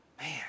Man